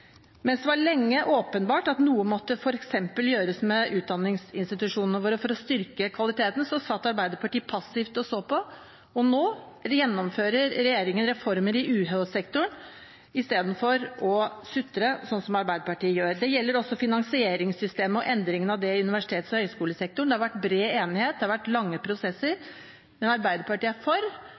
Mens det lenge var åpenbart at noe måtte f.eks. gjøres med utdanningsinstitusjonene våre for å styrke kvaliteten, satt Arbeiderpartiet passivt og så på. Nå gjennomfører regjeringen reformer i UH-sektoren istedenfor å sutre, sånn som Arbeiderpartiet gjør. Det gjelder også finansieringssystemet og endringen av det i universitets- og høyskolesektoren. Det har vært bred enighet, det har vært lange prosesser. Arbeiderpartiet er for,